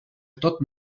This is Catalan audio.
tot